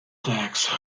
tax